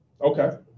Okay